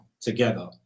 together